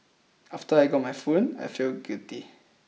after I got my phone I felt guilty